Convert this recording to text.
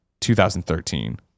2013